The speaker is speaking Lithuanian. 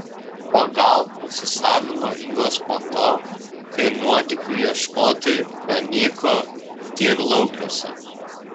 o gal pasisavino juos po to kai nuotykių ieškotojai pranyko tyrlaukiuose